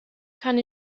kann